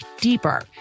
deeper